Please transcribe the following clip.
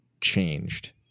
changed